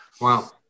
Wow